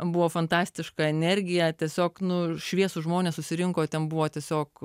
buvo fantastiška energija tiesiog nu šviesūs žmonės susirinko ten buvo tiesiog